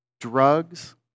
drugs